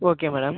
okay madam